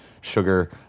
sugar